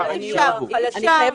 כאשר זה שוטרים